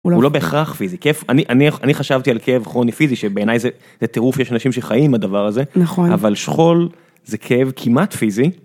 הוא לא בהכרח פיזי, אני חשבתי על כאב כרוני פיזי שבעיניי זה טירוף יש אנשים שחיים הדבר הזה, אבל שכול זה כאב כמעט פיזי.